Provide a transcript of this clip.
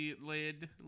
lid